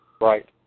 Right